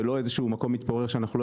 ולא איזשהו מקום מתפורר שאנחנו לא